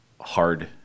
hard